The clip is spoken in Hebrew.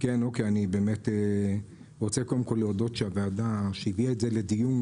אני רוצה קודם כול להודות לוועדה שהביאה את הנושא לדיון,